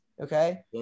Okay